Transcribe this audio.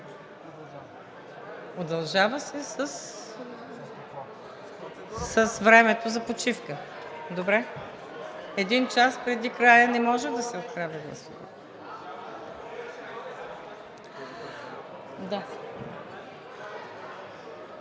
Удължава се с времето за почивка. Добре. Един час преди края не може да се прави